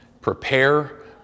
prepare